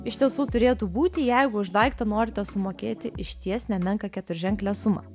iš tiesų turėtų būti jeigu už daiktą norite sumokėti išties nemenką keturženklę sumą